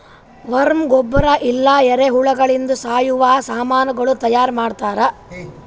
worm ಗೊಬ್ಬರ ಇಲ್ಲಾ ಎರೆಹುಳಗೊಳಿಂದ್ ಸಾವಯವ ಸಾಮನಗೊಳ್ ತೈಯಾರ್ ಮಾಡ್ತಾರ್